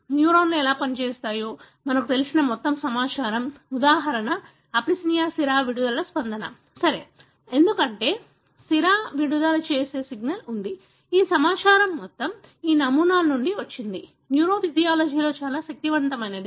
న్యూరాన్లు ఎలా పనిచేస్తాయో మనకు తెలిసిన మొత్తం సమాచారం ఉదాహరణకు అప్లిసియా సిరా విడుదల స్పందన సరి ఎందుకంటే సిరా విడుదల చేసే సిగ్నల్ ఉంది ఈ సమాచారం మొత్తం ఈ నమూనాల నుండి వచ్చింది న్యూరోఫిజియాలజీలో చాలా శక్తివంతమైనది